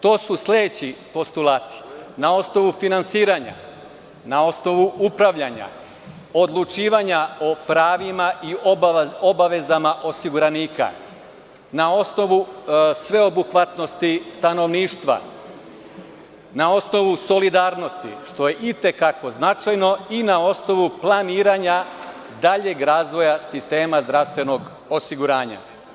To su sledeći postulati: na osnovu finansiranja, na osnovu upravljanja, odlučivanja o pravima i obavezama osiguranika, na osnovu sveobuhvatnosti stanovništva, na osnovu solidarnosti, što je i te kako značajno i na osnovu planiranja daljeg razvoja sistema zdravstvenog osiguranja.